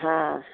हाँ